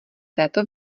této